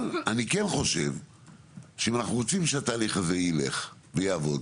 אבל אני כן חושב שאם אנחנו רוצים שהתהליך הזה ילך ויעבוד,